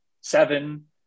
seven